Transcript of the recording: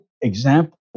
example